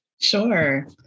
Sure